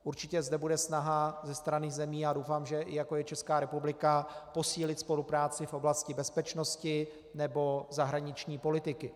Určitě zde bude snaha ze strany zemí a já doufám, i jako je Česká republika posílit spolupráci v oblasti bezpečnosti nebo zahraniční politiky.